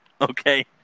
Okay